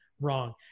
wrong